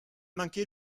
manqué